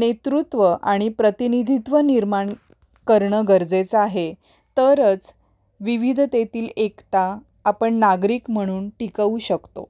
नेतृत्व आणि प्रतिनिधित्व निर्माण करणं गरजेचं आहे तरच विविधतेतील एकता आपण नागरिक म्हणून टिकवू शकतो